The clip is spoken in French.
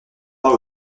pas